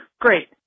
Great